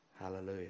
Hallelujah